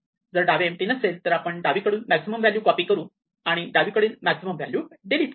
जर डावे एम्पटी नसेल तर आपण डावीकडून मॅक्झिमम व्हॅल्यू कॉपी करू आणि डावीकडील मॅक्झिमम व्हॅल्यू डिलीट करू